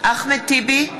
אחמד טיבי,